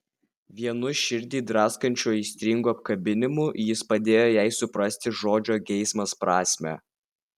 vienu širdį draskančiu aistringu apkabinimu jis padėjo jai suprasti žodžio geismas prasmę